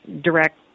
direct